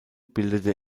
bildete